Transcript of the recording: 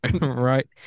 Right